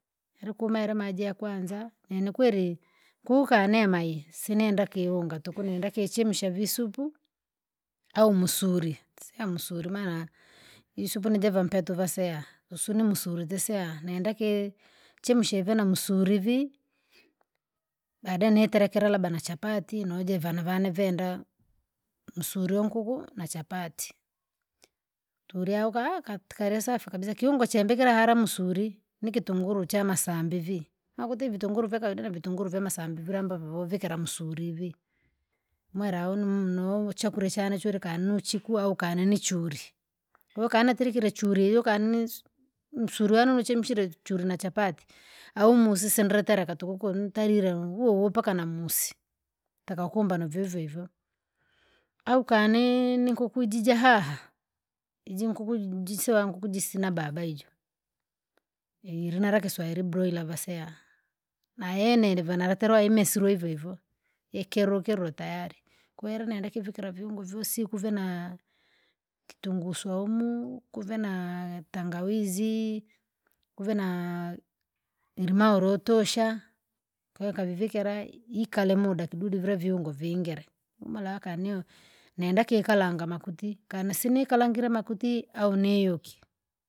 Ili kumere maji yakwanza, nini kweri, kukanema iyi sinenda kiyunga tuku nenda kichemsha visupu? Au musuri siya msuri maana, isupu nije vampeto vaseya, usunu musuri teseya nenda kii- chemsha ivi na msuri vii? Baadae niterekera labda nachapati nujiva vana vane venda, msuri wa nkuku na chapati. Turya uka tukarya safi kabisa kiungo cha mbikira hara msuri, nikitunguru chamasambi vii, makuti vitunguru vyakawaida navitunguru vyamasambe vila ambavyo vovikira musuri vii. Mwera aunu nuchakurya chane churika nuchiku au kani nichuri, wokana turikire churi iyo kaninisu, musuli wanu nuchemshire churi na chapati, au musisi ndri tereka tuku kunutarile ulu- huohuo mpaka na musi. Taka ukumba navo hivohivyo, au kani ni nkuku ijija haha, iji nkuku jisira nkuku jisina baba ijo, ilina na lakiswairi vaseya, nayene iliva naraterwa imesurwa hivohivo, ikilukilu utayari kweri nenda kivikira viungo vyosi kuve naa kitunguu swaumu, kuve naa tangawizi, kuve naa ilimao lotosha. Kwahiyo kavivikire ikala muda kidudi vila viungo vingile, humura kaniu, nenda kikalanga makuti kana sinikalangire makuti au niyuke.